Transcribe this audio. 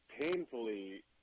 painfully